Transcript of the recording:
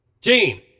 gene